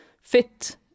fit